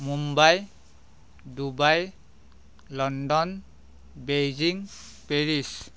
Mumbai Dubai London Beijing Paris